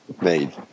made